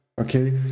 Okay